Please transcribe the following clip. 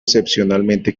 excepcionalmente